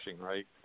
right